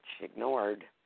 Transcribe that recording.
ignored